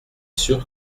sûr